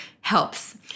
helps